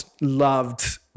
loved